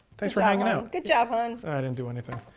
thanks for hanging out. good job, hun. i didn't do anything.